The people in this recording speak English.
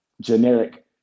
generic